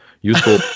Useful